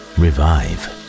revive